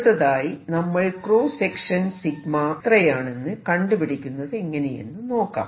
അടുത്തതായി നമ്മൾ cross section എത്രയാണെന്ന് കണ്ടുപിടിക്കുന്നതെങ്ങനെയെന്ന് നോക്കാം